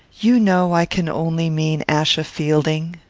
you know i can only mean achsa fielding.